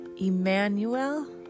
Emmanuel